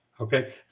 Okay